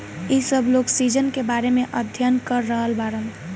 इ सब लोग सीजन के बारे में अध्ययन कर रहल बाड़न